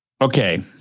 Okay